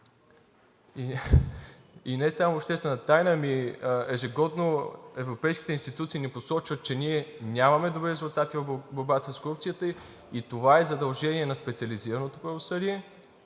и не само обществена тайна, ами ежегодно европейските институции ни посочват, че ние нямаме добри резултати в борбата с корупцията, а това е задължение на специализираното правосъдие.